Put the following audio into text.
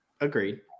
Agreed